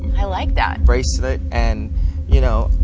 i like that. bracelet. and you know